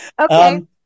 Okay